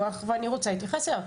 אתה רוצה שאני אחזיר?